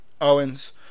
Owens